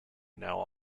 now